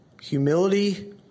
Humility